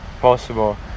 possible